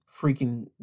freaking